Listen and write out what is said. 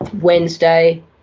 Wednesday